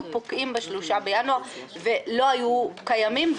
פוקעים ב-3 בינואר ולא היו קיימים.